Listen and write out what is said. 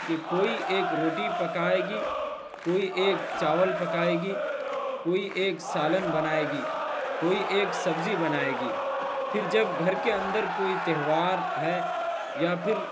کہ کوئی ایک روٹی پکائے گی کوئی ایک چاول پکائے گی کوئی ایک سالن بنائے گی کوئی ایک سبزی بنائے گی پھر جب گھر کے اندر کوئی تہوار ہے یا پھر